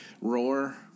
Roar